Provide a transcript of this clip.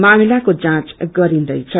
मामिलाको जाँच गरिन्दैछ